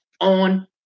on